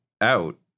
out